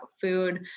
food